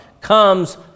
comes